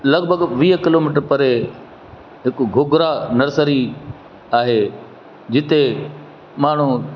लॻिभॻि वीह kilometre परे हिकु घुघरा नर्सरी आहे जिते माण्हू